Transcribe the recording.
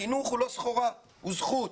החינוך הוא לא סחורה, הוא זכות.